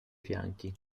fianchi